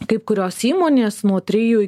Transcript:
kaip kurios įmonės nuo trijų